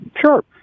sure